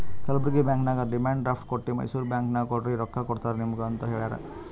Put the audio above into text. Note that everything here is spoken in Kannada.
ಕಲ್ಬುರ್ಗಿ ಬ್ಯಾಂಕ್ ನಾಗ್ ಡಿಮಂಡ್ ಡ್ರಾಫ್ಟ್ ಕೊಟ್ಟಿ ಮೈಸೂರ್ ಬ್ಯಾಂಕ್ ನಾಗ್ ಕೊಡ್ರಿ ರೊಕ್ಕಾ ಕೊಡ್ತಾರ ನಿಮುಗ ಅಂತ್ ಹೇಳ್ಯಾರ್